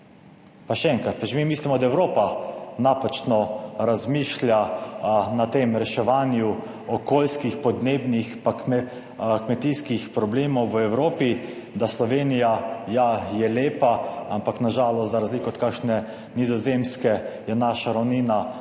Pa še enkrat, pa že mi mislimo, da Evropa napačno razmišlja na tem reševanju okoljskih, podnebnih pa kmetijskih problemov v Evropi, da Slovenija, ja, je lepa, ampak na žalost za razliko od kakšne Nizozemske je naša ravnina